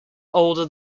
older